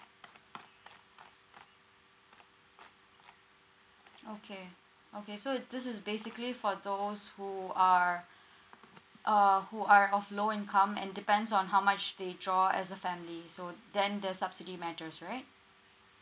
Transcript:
okay okay so this is basically for those who are uh who are of low income and depends on how much they draw as a family so then the subsidy matters right